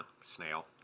snail